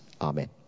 Amen